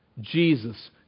Jesus